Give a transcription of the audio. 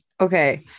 Okay